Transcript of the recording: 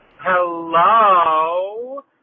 Hello